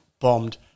bombed